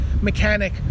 mechanic